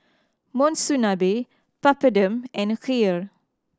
Monsunabe Papadum and Kheer